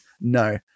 no